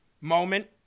moment